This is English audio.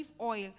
oil